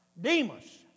Demas